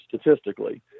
statistically